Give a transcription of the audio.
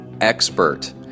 expert